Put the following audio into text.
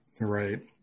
Right